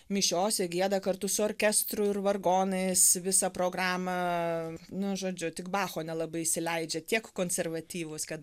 mišiose gieda kartu su orkestru ir vargonais visą programą nu žodžiu tik bacho nelabai įsileidžia tiek konservatyvūs kad